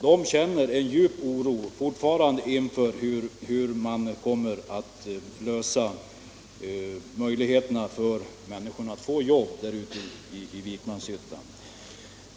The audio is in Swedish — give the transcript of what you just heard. De känner fortfarande en djup oro för hur man skall lyckas skapa arbetstillfällen i Vikmanshyttan.